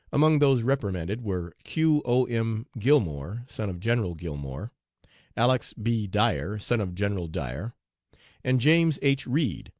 among those reprimanded were q. o'm. gillmore, son of general gillmore alex. b. dyer, son of general dyer and james h. reid,